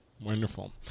Wonderful